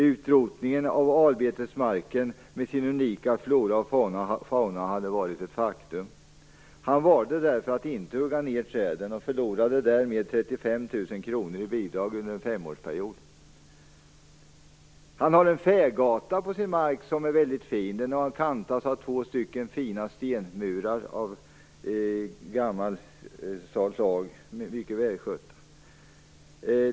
Utrotningen av albetesmarken med sin unika flora och fauna hade varit ett faktum. Han valde därför att inte hugga ned träden och förlorade därmed 35 000 kr i bidrag under en femårsperiod. Han har en fägata på sin mark som är väldigt fin. Den har kantats av två fina och välskötta stenmurar av gammalt slag.